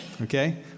okay